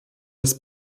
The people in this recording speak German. das